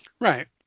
Right